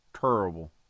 terrible